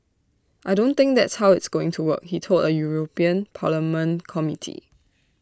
I don't think that's how it's going to work he told A european parliament committee